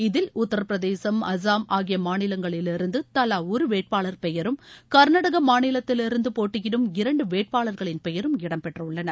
இதில் உத்தரபிரதேசம் அசாம் ஆகிய மாநிலங்களிலிருந்து தலா ஒரு வேட்பாளர் பெயரும் கர்நாடக மாநிலத்திலிருந்து போட்டியிடும் இரண்டு வேட்பாளர்களின் பெயரும் இடம்பெற்றுள்ளன